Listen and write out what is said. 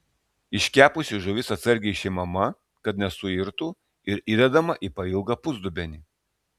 iškepusi žuvis atsargiai išimama kad nesuirtų ir įdedama į pailgą pusdubenį